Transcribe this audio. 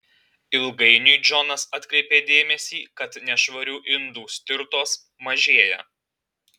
ilgainiui džonas atkreipė dėmesį kad nešvarių indų stirtos mažėja